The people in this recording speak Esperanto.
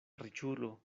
riĉulo